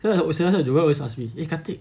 sillsa ohsila joel always ask me !oi! khatik